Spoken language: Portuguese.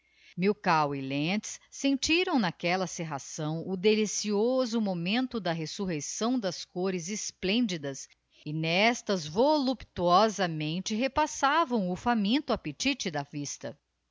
milkau e lentz sentiram n'aquella cerração o delicioso momento da resurreição das cores esplendidas e n'estas voluptuosamente repastavam o faminto appetite da vista